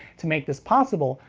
to make this possible,